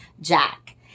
Jack